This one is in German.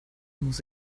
muss